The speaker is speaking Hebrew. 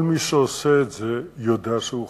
כל מי שעושה את זה יודע שהוא חורג,